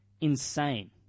insane